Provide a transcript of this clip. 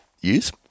Use